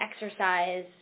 exercise